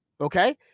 okay